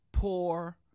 poor